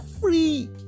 free